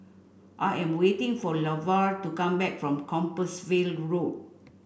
I am waiting for Lavar to come back from Compassvale Road